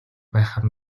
байхаар